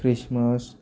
Christmas